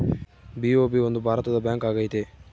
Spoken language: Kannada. ಬಿ.ಒ.ಬಿ ಒಂದು ಭಾರತದ ಬ್ಯಾಂಕ್ ಆಗೈತೆ